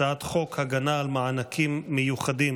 הצעת חוק הגנה על מענקים מיוחדים